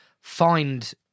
find